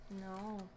No